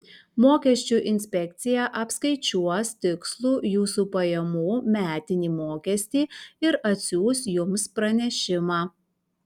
mokesčių inspekcija apskaičiuos tikslų jūsų pajamų metinį mokestį ir atsiųs jums pranešimą